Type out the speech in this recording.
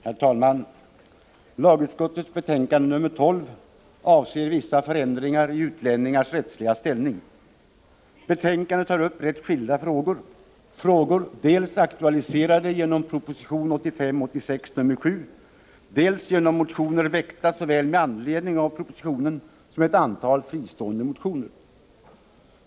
Herr talman! Lagutskottets betänkande 12 avser vissa förändringar i utlänningars rättsliga ställning. Betänkandet tar upp rätt skilda frågor — frågor aktualiserade dels genom proposition 1985/86:7, dels genom motioner väckta med anledning av propositionen samt ett antal fristående motioner.